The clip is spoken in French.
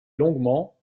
longuement